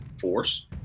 force